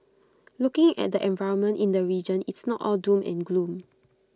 looking at the environment in the region it's not all doom and gloom